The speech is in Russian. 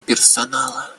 персонала